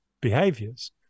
behaviors